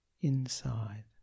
inside